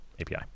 API